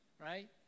right